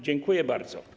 Dziękuję bardzo.